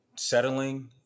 settling